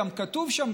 גם כתוב שם,